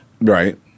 Right